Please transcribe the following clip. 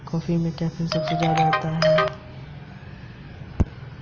मुझे ऋण पर लगने वाली ब्याज दरों के बारे में विस्तार से समझाएं